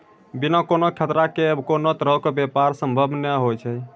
बिना कोनो खतरा के कोनो तरहो के व्यापार संभव नै होय छै